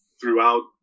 throughout